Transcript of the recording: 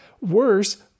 Worse